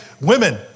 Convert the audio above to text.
women